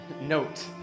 Note